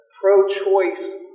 pro-choice